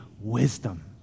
wisdom